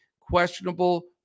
questionable